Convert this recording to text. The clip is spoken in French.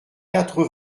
quatre